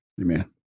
Amen